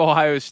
Ohio